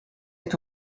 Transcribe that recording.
est